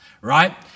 right